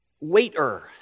waiter